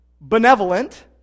benevolent